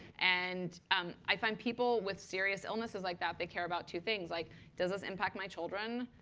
and um i find people with serious illnesses like that, they care about two things. like does this impact my children?